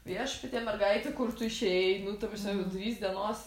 viešpatie mergaite kur tu išėjai nu ta prasme vidurys dienos